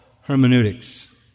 hermeneutics